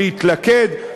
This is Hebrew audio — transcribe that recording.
להתלכד.